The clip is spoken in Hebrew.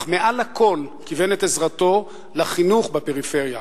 אך מעל לכול כיוון את עזרתו לחינוך בפריפריה,